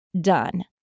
done